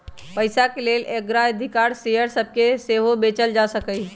पइसाके लेल अग्राधिकार शेयर सभके सेहो बेचल जा सकहइ